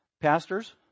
pastors